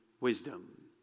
Wisdom